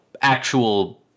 actual